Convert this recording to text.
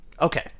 okay